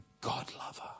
God-lover